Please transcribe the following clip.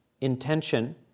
intention